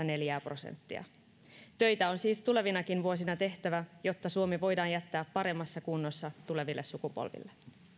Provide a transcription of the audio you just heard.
neljä prosenttia töitä on siis tulevinakin vuosina tehtävä jotta suomi voidaan jättää paremmassa kunnossa tuleville sukupolville